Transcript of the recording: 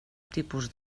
tipus